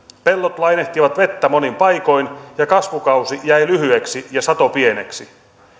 pellot lainehtivat vettä monin paikoin ja kasvukausi jäi lyhyeksi ja sato pieneksi